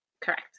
correct